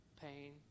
pain